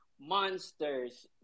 monsters